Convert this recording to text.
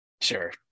Sure